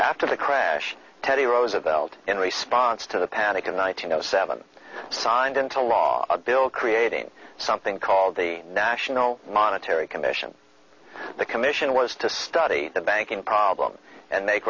after the crash teddy roosevelt in response to the panic of one thousand seven signed into law a bill creating something called the national monetary commission the commission was to study the banking problem and make